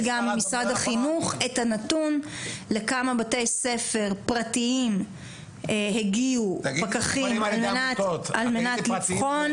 ממשרד החינוך לדעת לכמה בתי ספר פרטיים הגיעו פקחים על מנת לבחון.